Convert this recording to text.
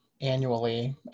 annually